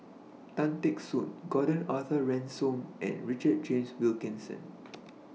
Tan Teck Soon Gordon Arthur Ransome and Richard James Wilkinson